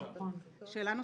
אדוני, שאלה נוספת: